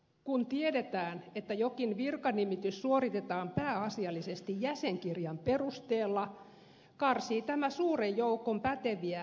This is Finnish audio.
kun tiedetään että jokin virkanimitys suoritetaan pääasiallisesti jäsenkirjan perusteella karsii tämä suuren joukon päteviä viranhakijoita